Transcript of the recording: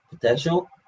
potential